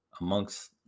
amongst